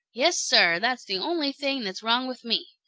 yes, sir, that's the only thing that's wrong with me.